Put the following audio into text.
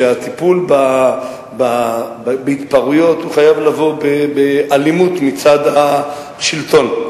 שהטיפול בהתפרעויות חייב לבוא באלימות מצד השלטון.